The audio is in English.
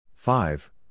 Five